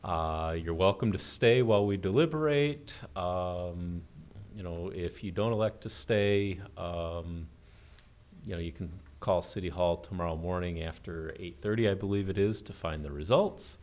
say you're welcome to stay while we deliberate you know if you don't elect to stay you know you can call city hall tomorrow morning after eight thirty i believe it is to find the results